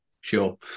Sure